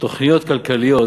תוכניות כלכליות